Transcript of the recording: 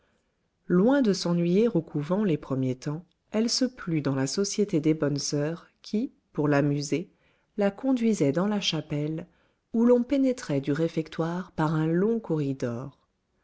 loin de s'ennuyer au couvent les premiers temps elle se plut dans la société des bonnes soeurs qui pour l'amuser la conduisaient dans la chapelle où l'on pénétrait du réfectoire par un long corridor